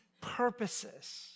purposes